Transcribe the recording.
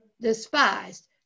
despised